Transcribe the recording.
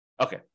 Okay